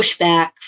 pushback